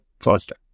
faster